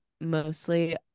mostly